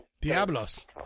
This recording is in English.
Diablos